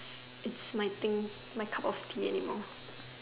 it's my thing my cup of tea anymore